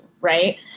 right